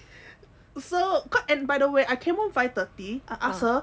so quite and by the way I came home five thirty I ask her